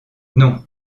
non